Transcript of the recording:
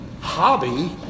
hobby